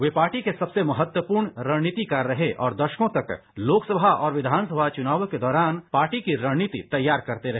वे party के सबसे महत्वपूर्ण रणनीतिकार रहे और दसकों तक लोकसभा और कियानसभा चुनावों के दौरान पार्टी की रणनीति तैयार करते रहे